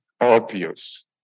obvious